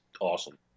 awesome